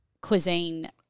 cuisine –